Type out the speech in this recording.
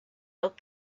out